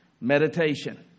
meditation